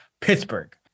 Pittsburgh